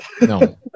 No